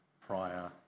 prior